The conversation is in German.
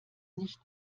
nicht